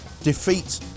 defeat